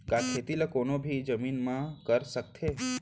का खेती ला कोनो भी जमीन म कर सकथे?